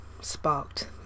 sparked